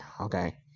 okay